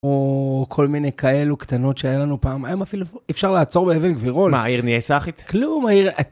או כל מיני כאלו קטנות שהיה לנו פעם... היום אפילו אפשר לעצור באבן גבירול. מה העיר נהיה סחית? כלום, העיר…